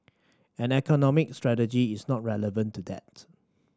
and economic strategy is not irrelevant to that